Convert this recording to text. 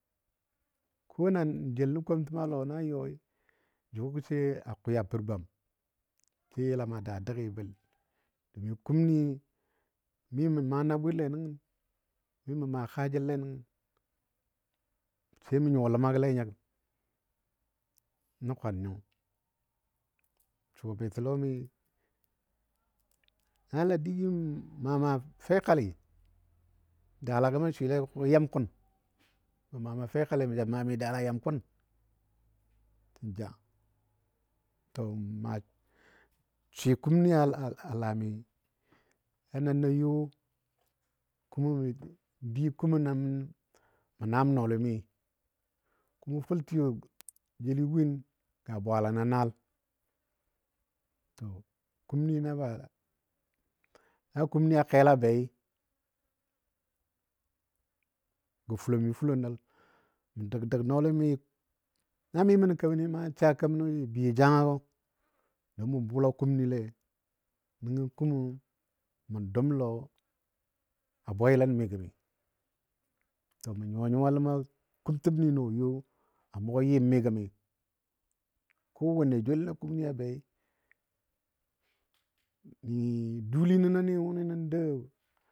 Ko nan jel nə komtəm a lɔ nan yɔi, jʊgɔ sai a kwiyam pər gwam sai a yəlam. daa dəgi domin kumni mi mə maa nabwille nəngən. Mi mə maa kaajəl nəngən sai. mə nyuwa ləmagɔle nyo nə kwan nyo, suwa betəlɔmi, na la digɨ mə maa maa fekali. dalagə mə swɨlei yamkun, mə maa maa fekali mə ja maa mi dala yamkun ja. To maa swɨ kumni alaa mi. Sannan na yo kumo mə di Mə naam nɔɔlimi kumo fʊltiyo jeli win ga bwaala na naal, to na kumni a kela bei gə fulomi fulo nəl, mə dəg dəg nɔɔlimi na mi mə nə kemənni ma n sa keməno ja biyo janyagɔ don mə bula kumnile nəngɔ kumo ma doum lɔ a bwayilən mi gəmi. To mə nyuwa nyuwa ləma kumtəbni nɔ yo a mʊgɔ yɨmi gəmi. Ko wanne joul na kumni bei dulinənɔ ni nə dou.